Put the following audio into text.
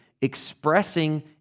expressing